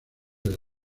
del